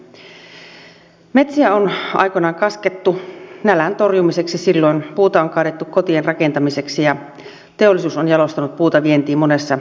metsiä on aikoinaan kaskettu nälän torjumiseksi silloin puuta on kaadettu kotien rakentamiseksi ja teollisuus on jalostanut puuta vientiin monessa muodossa